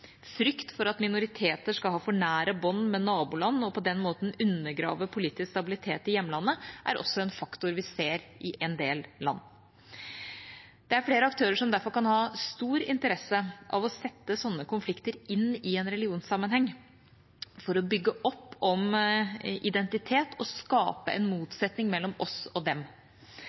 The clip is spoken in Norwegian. Frykt for at minoriteter skal ha for nære bånd til naboland og på den måten undergrave politisk stabilitet i hjemlandet, er også en faktor vi ser i en del land. Det er flere aktører som derfor kan ha stor interesse av å sette slike konflikter inn i en religionssammenheng, for å bygge opp om identitet og skape en motsetning mellom oss og dem.